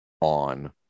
on